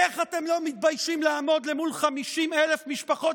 איך אתם לא מתביישים לעמוד מול 50,000 משפחות